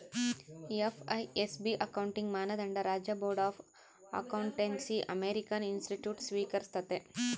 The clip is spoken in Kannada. ಎಫ್.ಎ.ಎಸ್.ಬಿ ಅಕೌಂಟಿಂಗ್ ಮಾನದಂಡ ರಾಜ್ಯ ಬೋರ್ಡ್ ಆಫ್ ಅಕೌಂಟೆನ್ಸಿಅಮೇರಿಕನ್ ಇನ್ಸ್ಟಿಟ್ಯೂಟ್ಸ್ ಸ್ವೀಕರಿಸ್ತತೆ